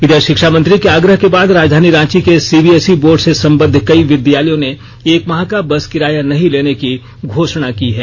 इधर शिक्षा मंत्री के आग्रह के बाद राजधानी रांची के सीबीएसई बोर्ड से संबंद्व कई विद्यालयों ने एक माह का बस किराया नहीं लेने की घोषपा की है